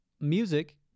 music